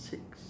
six